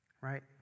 right